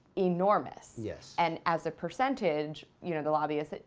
enormous yeah and as a percentage, you know, the lobbyist.